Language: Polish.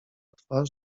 twarz